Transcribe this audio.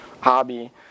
hobby